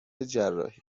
جراحی